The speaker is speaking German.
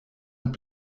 mit